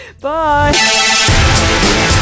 bye